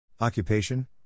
Occupation